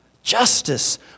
Justice